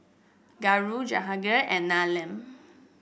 Guru Jahangir and Neelam